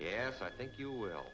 yes i think you will